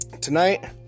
Tonight